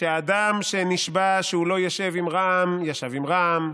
שהאדם שנשבע שלא ישב עם רע"מ ישב עם רע"מ,